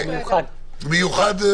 מיוחד, מיוחד.